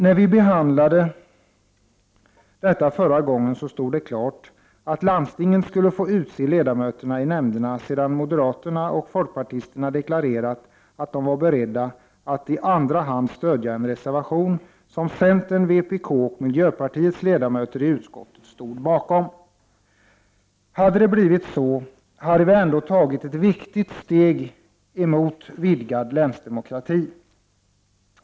När vi behandlade detta förra gången stod det klart att landstingen skulle få utse ledamöterna i nämnderna sedan moderaterna och folkpartisterna de klarerat att de var beredda att i andra hand stödja en reservation som centerns, vpk-s och miljöpartiets ledamöter i utskottet stod bakom. Hade det blivit så hade vi ändå tagit ett viktigt steg i riktning mot vidgad länsdemokrati.